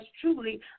truly